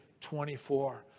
24